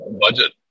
budget